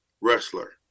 wrestler